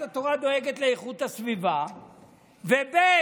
שיהדות התורה דואגת לאיכות הסביבה, ב.